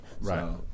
Right